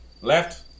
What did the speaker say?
left